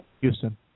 Houston